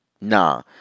nah